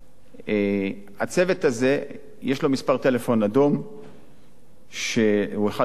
הצוות הזה יש לו מספר טלפון אדום שהוא 118,